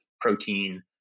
protein